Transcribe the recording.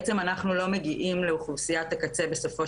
אנחנו לא מגיעים לאוכלוסיית הקצה בסופו